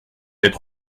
être